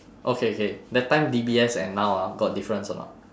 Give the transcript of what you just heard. okay K that time D_B_S and now ah got difference or not